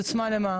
עוצמה למה?